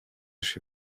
się